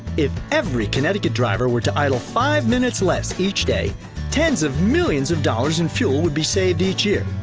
if every connecticut driver were to idle five minutes less, each day tens of millions of dollars in fuel would be saved each year!